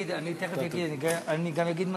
תכף אגיע לזה, ואני גם אגיד מדוע.